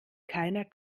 keiner